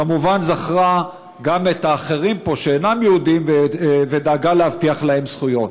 וכמובן זכרה גם את האחרים פה שאינם יהודים ודאגה להבטיח להם זכויות.